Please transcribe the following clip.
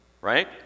Right